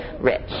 rich